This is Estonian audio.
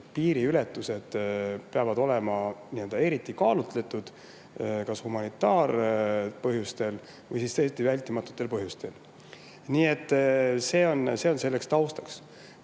piiriületused peavad olema eriti kaalutletud – kas humanitaarpõhjustel või täiesti vältimatutel põhjustel. See on taustaks. Ma